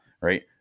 right